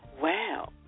Wow